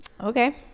Okay